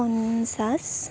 পঞ্চাছ